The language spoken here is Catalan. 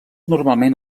normalment